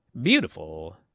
beautiful